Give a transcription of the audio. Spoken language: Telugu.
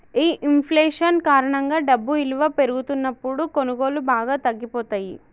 ఈ ఇంఫ్లేషన్ కారణంగా డబ్బు ఇలువ పెరుగుతున్నప్పుడు కొనుగోళ్ళు బాగా తగ్గిపోతయ్యి